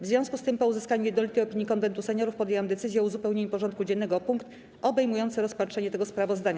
W związku z tym, po uzyskaniu jednolitej opinii Konwentu Seniorów, podjęłam decyzję o uzupełnieniu porządku dziennego o punkt obejmujący rozpatrzenie tego sprawozdania.